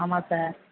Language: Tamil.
ஆமாம் சார்